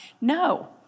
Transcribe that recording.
No